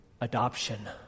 adoption